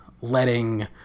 letting